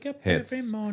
hits